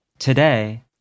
Today